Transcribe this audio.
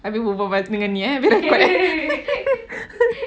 habis berbual dengan ni eh